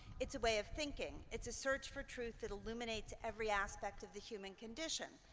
it's a way of thinking. it's a search for truth that illuminates every aspect of the human condition.